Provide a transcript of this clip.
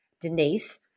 Denise